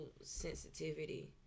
sensitivity